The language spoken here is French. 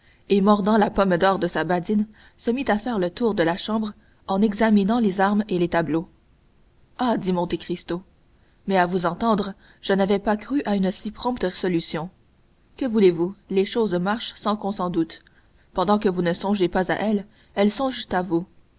et mordant la pomme d'or de sa badine se mit à faire le tour de la chambre en examinant les armes et les tableaux ah dit monte cristo mais à vous entendre je n'avais pas cru à une si prompte solution que voulez-vous les choses marchent sans qu'on s'en doute pendant que vous ne songez pas à elles elles songent à vous